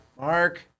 Mark